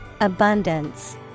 Abundance